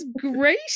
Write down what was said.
great